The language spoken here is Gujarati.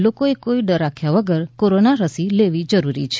લોકોએ કોઈ ડર રાખ્યા વગર કોરોનાની રસી લેવી જરૂરી છે